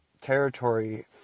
territory